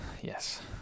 Yes